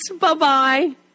Bye-bye